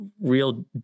real